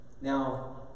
Now